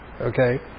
Okay